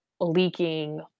leaking